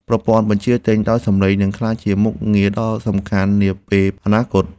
ប្រព័ន្ធបញ្ជាទិញដោយសំឡេង នឹងក្លាយជាមុខងារដ៏សំខាន់នាពេលអនាគត។